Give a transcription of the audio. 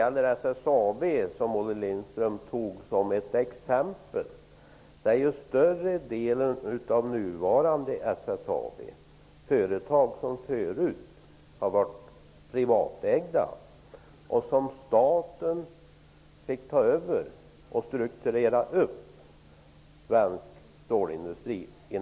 Olle Lindström tog upp SSAB som ett exempel. Större delen av nuvarande SSAB är ju företag som tidigare har varit privatägda. Dessa företag fick staten under 80-talet ta över. Sedan strukturerade man om svensk stålindustri.